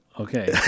Okay